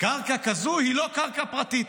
קרקע כזו היא לא קרקע פרטית,